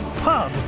pub